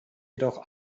jedoch